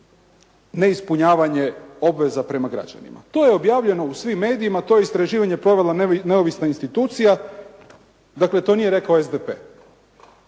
neispunjavanje obveza prema građanima.» To je objavljeno u svim medijima. To je istraživanje provela neovisna institucija. Dakle to nije rekao SDP.